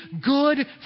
good